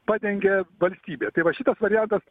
padengia valstybė tai va šitas variantas